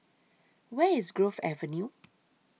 Where IS Grove Avenue